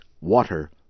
water